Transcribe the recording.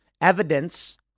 evidence